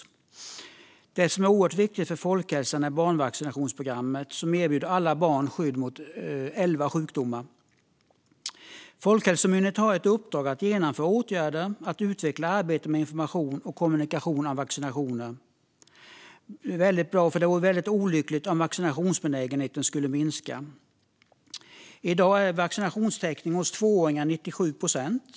Något som är oerhört viktigt för folkhälsan är barnvaccinationsprogrammet, som erbjuder alla barn skydd mot elva sjukdomar. Folkhälsomyndigheten har ett uppdrag att genomföra åtgärder och utveckla arbetet med information och kommunikation om vaccinationer. Det är bra, för det vore väldigt olyckligt om vaccinationsbenägenheten skulle minska. I dag är vaccinationstäckningen bland tvååringar 97 procent.